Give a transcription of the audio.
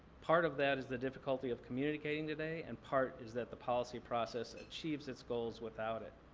part of that is the difficulty of communicating today and part is that the policy process achieves its goals without it.